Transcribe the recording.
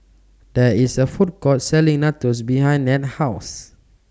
There IS A Food Court Selling Nachos behind Ned's House